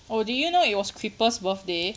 oh did you know it was creeper's birthday